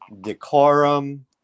decorum